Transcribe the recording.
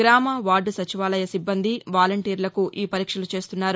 గ్రామ వార్డ సచివాలయ సిబ్బంది వాలంటీర్లకు ఈపరీక్షలు చేస్తున్నారు